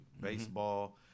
Baseball